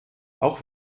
auch